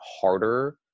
harder